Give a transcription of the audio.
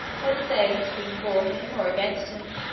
whether they had been for him or against him,